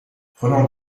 prenons